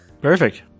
perfect